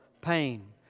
pain